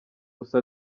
gusa